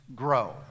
grow